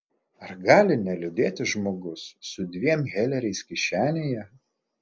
ar gali neliūdėti žmogus su dviem heleriais kišenėje